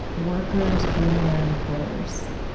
workers bring their employers.